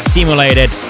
Simulated